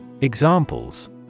Examples